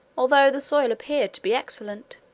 although the soil appeared to be excellent.